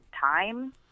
time